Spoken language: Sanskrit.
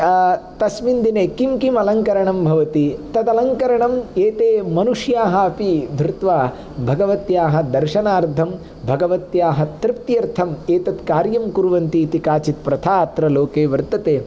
तस्मिम् दिने किं किं अलङ्करणं भवति तद् अलङ्करणं एते मनुष्याः अपि धृत्वा भगवत्याः दर्शनार्थं भगवत्याः तृप्त्यर्थम् एतद् कार्यं कुर्वन्ति इति काचित् प्रथा अत्र लोके वर्तते